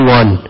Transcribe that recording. one